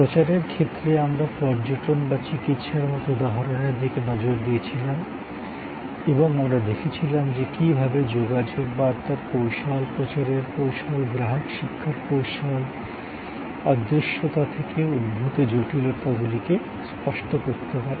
প্রচারের ক্ষেত্রে আমরা পর্যটন বা চিকিৎসার মতন উদাহরণের দিকে নজর দিয়েছিলাম এবং আমরা দেখেছিলাম যে কীভাবে যোগাযোগ বার্তার কৌশল প্রচারের কৌশল গ্রাহক শিক্ষার কৌশল অদৃশ্যতা থেকে উদ্ভূত জটিলতাগুলিকে স্পষ্ট করতে পারে